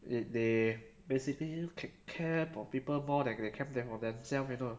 they they basically ca~ care for people more than they cam~ care for themselves you know